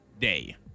Day